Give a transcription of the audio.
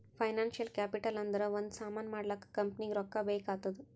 financial capital ಅಂದುರ್ ಒಂದ್ ಸಾಮಾನ್ ಮಾಡ್ಲಾಕ ಕಂಪನಿಗ್ ರೊಕ್ಕಾ ಬೇಕ್ ಆತ್ತುದ್